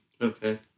Okay